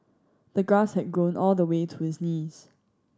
the grass had grown all the way to his knees